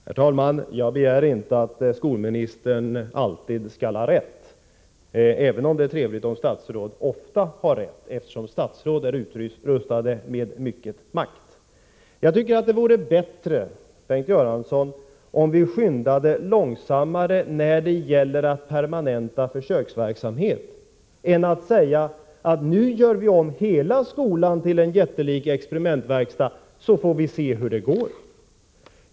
Herr talman! Jag begär inte att skolministern alltid skall ha rätt, även om det är trevligt om statsråd ofta har rätt, eftersom de är utrustade med mycken makt. Jag tycker att det vore bättre, Bengt Göransson, om vi skyndade långsammare när det gäller att permanenta försöksverksamhet och inte sade: Nu gör vi om hela skolan till en jättelik experimentverkstad, så får vi se hur det går.